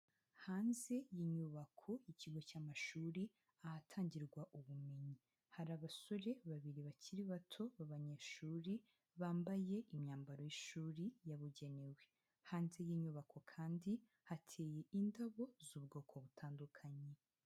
Hanze y'inyubako y'ikigo cy'amashuri ahatangirwa ubumenyi, hari abasore babiri bakiri bato b'abanyeshuri bambaye imyambaro y'ishuri yabugenewe, hanze y'inyubako kandi hateye indabo z'ubwoko butandukanye.